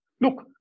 Look